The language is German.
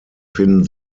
finden